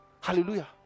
Hallelujah